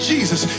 Jesus